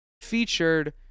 featured